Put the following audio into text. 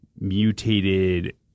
mutated